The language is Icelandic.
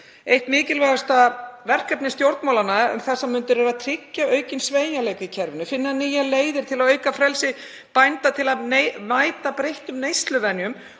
Eitt mikilvægasta verkefni stjórnmálanna um þessar mundir er að tryggja aukinn sveigjanleika í kerfinu, finna nýjar leiðir til að auka frelsi bænda til að mæta breyttum neysluvenjum